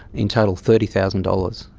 in total thirty thousand dollars,